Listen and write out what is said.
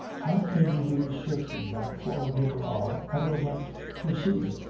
how can you be certain that flora de barral ever went to sea?